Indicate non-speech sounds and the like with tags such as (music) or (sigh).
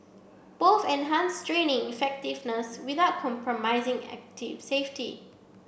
both enhanced training effectiveness without compromising (unintelligible) safety